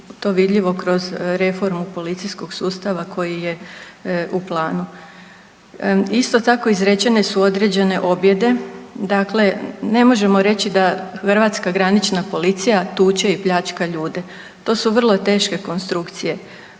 to vidljivo kroz reformu policijskog sustava koji je u planu. Isto tako izrečene su određene objede, dakle ne možemo reći da hrvatska granična policija tuče i pljačka ljude. To su vrlo teške konstrukcije.